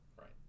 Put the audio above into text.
Right